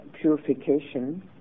purification